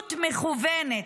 מדיניות מכוונת.